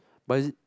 but